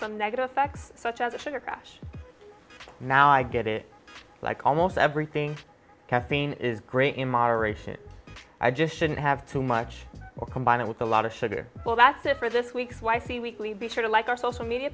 some negative effects such as a sugar crash now i get it like almost everything caffeine is great in moderation i just shouldn't have too much or combine it with a lot of sugar well that's it for this week's wifey we sort of like our social media